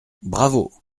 bravo